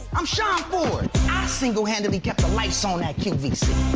i'm sean ford. i single handedly kept the lights on at qvc.